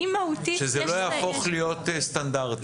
שזה לא יהפוך להיות סטנדרטי.